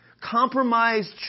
compromised